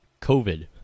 COVID